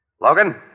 Logan